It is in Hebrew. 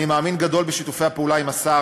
אני מאמין גדול בשיתופי הפעולה עם השר.